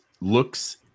looks